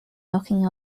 knocking